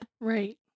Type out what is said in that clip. Right